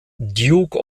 duke